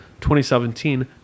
2017